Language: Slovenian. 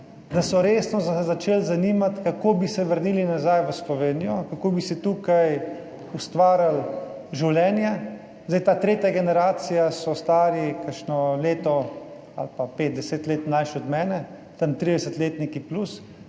da so resno se začeli zanimati, kako bi se vrnili nazaj v Slovenijo, kako bi si tukaj ustvarili življenje. Zdaj ta tretja generacija so stari kakšno leto ali pa 5, 10 let mlajši od mene, tam 30. letniki plus